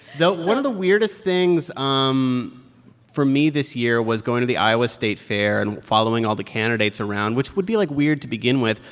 though, one of the weirdest things um for me this year was going to the iowa state fair and following all the candidates around, which would be, like, weird to begin with.